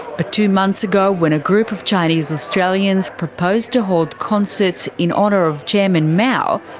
but two months ago when a group of chinese australians proposed to hold concerts in honour of chairman mao,